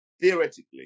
theoretically